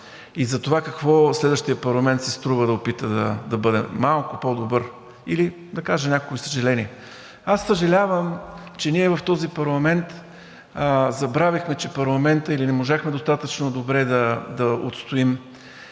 това и за какво следващият парламент си струва да опита да бъде малко по-добър, или да кажа няколко съжаления. Аз съжалявам, че ние в този парламент забравихме, че парламентът, или не можахме достатъчно добре да отстоим